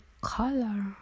color